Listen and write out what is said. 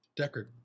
Deckard